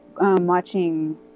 watching